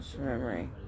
memory